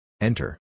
Enter